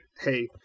hey